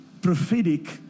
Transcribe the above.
prophetic